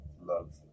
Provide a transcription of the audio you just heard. love